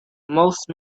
most